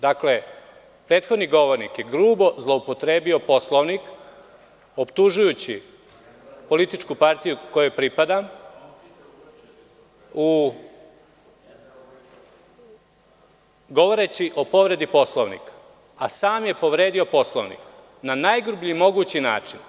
Dakle, prethodni govornik je grubo zloupotrebio Poslovnik, optužujući političku partiju kojoj pripadam govoreći o povredi Poslovnika, a sam je povredio Poslovnik na najgrublji mogući način.